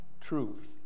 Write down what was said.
truth